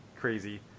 crazy